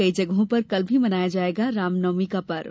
कई जगहों पर कल भी मनाया जायेगा रामनवी का पर्व